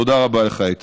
תודה רבה לך, איתן.